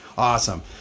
Awesome